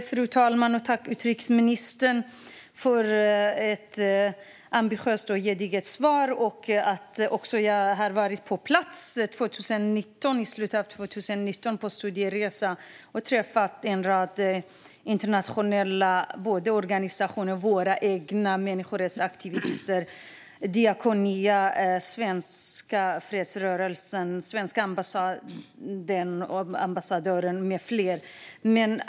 Fru talman! Jag tackar utrikesministern för ett ambitiöst och gediget svar. Jag var på en studieresa i slutet av 2019 och träffade på plats en rad internationella organisationer och våra egna människorättsaktivister, Diakonia, den svenska fredsrörelsen, den svenska ambassaden och ambassadören med flera.